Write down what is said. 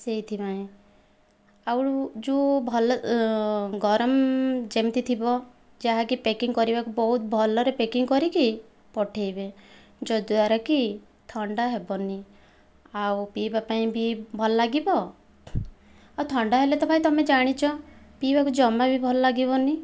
ସେଇଥିପାଇଁ ଆଉ ଯେଉଁ ଭଲ ଗରମ ଯେମିତି ଥିବ ଯାହାକି ପ୍ୟାକିଂ କରିବାକୁ ବହୁତ ଭଲରେ ପ୍ୟାକିଙ୍ଗ କରିକି ପଠେଇବେ ଯଦ୍ଵାରା କି ଥଣ୍ଡା ହେବନି ଆଉ ପିଇବାପାଇଁ ବି ଭଲ ଲାଗିବ ଆଉ ଥଣ୍ଡା ହେଲେ ତ ଭାଇ ତୁମେ ଜାଣିଚ ପିଇବାକୁ ଜମା ବି ଭଲ ଲାଗିବନି